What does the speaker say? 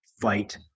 Fight